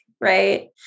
right